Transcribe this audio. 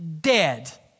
dead